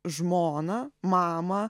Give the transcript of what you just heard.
žmoną mamą